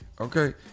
okay